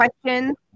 questions